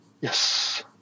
Yes